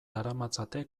daramatzate